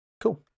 Cool